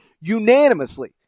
unanimously